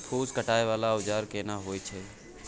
फूस काटय वाला औजार केना होय छै?